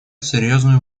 серьезную